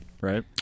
right